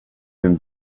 him